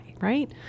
Right